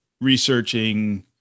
researching